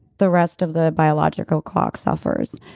the rest of the biological clock suffers.